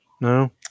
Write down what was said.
No